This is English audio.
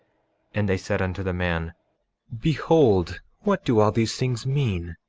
and they said unto the man behold, what do all these things mean,